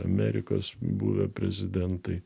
amerikos buvę prezidentai